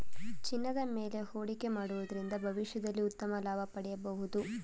ಚಿನ್ನದ ಮೇಲೆ ಹೂಡಿಕೆ ಮಾಡುವುದರಿಂದ ಭವಿಷ್ಯದಲ್ಲಿ ಉತ್ತಮ ಲಾಭ ಪಡೆಯಬಹುದು